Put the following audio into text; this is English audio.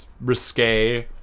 risque